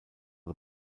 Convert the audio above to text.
the